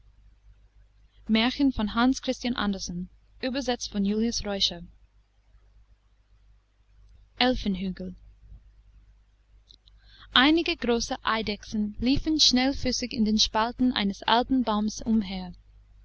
einige große eidechsen liefen schnellfüßig in den spalten eines alten baumes umher